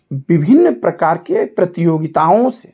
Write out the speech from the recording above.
विभिन्न प्रकार के प्रतियोगिताओं से